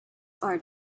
are